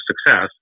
success